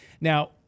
Now